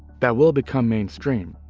that will become mainstream,